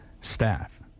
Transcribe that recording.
staff